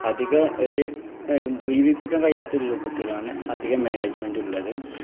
അധികമൊരു മുഴുമിപ്പിക്കാൻ കഴിയാത്തൊരു രൂപത്തിലാണ് അധികം മാനേജ്മെൻറുമുള്ളത്